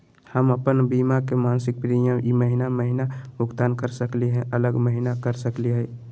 हम अप्पन बीमा के मासिक प्रीमियम ई महीना महिना भुगतान कर सकली हे, अगला महीना कर सकली हई?